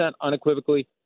unequivocally